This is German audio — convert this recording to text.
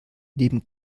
neben